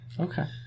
okay